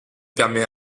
permet